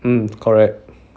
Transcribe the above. mm correct